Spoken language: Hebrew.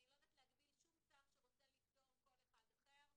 אני לא יודעת להגביל שום שר שרוצה לפטור כל אחד אחר.